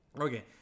Okay